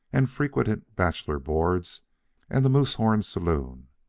and frequented bachelor boards and the moosehorn saloon,